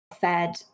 fed